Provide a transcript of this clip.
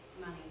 Money